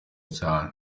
cyane